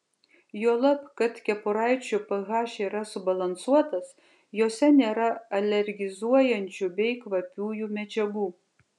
juolab kad kepuraičių ph yra subalansuotas jose nėra alergizuojančių bei kvapiųjų medžiagų